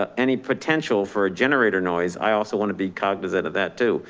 ah any potential for a generator noise. i also want to be cognizant of that too.